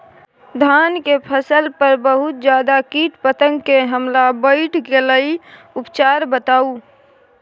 धान के फसल पर बहुत ज्यादा कीट पतंग के हमला बईढ़ गेलईय उपचार बताउ?